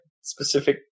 specific